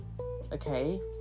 okay